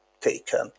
taken